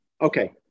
Okay